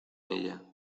ella